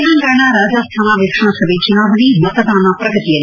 ತೆಲಂಗಾಣ ರಾಜಸ್ತಾನ ವಿಧಾನಸಭೆ ಚುನಾವಣೆ ಮತದಾನ ಪ್ರಗತಿಯಲ್ಲಿ